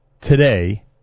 today